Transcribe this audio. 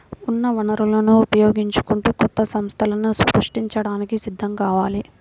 ఉన్న వనరులను ఉపయోగించుకుంటూ కొత్త సంస్థలను సృష్టించడానికి సిద్ధం కావాలి